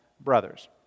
brothers